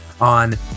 on